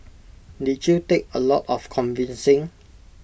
did you take A lot of convincing